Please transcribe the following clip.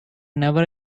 never